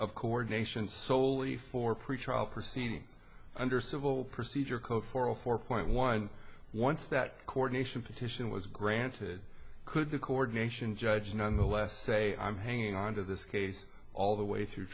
of coordination solely for pretrial proceedings under civil procedure code for a four point one once that coordination petition was granted could the coordination judge nonetheless say i'm hanging on to this case all the way through